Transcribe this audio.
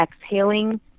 exhaling